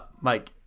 Mike